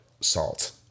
Salt